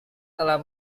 telah